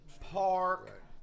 park